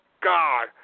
God